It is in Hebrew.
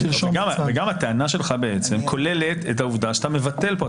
וגם הטענה שלך בעצם כוללת את העובדה שאתה מבטל פה.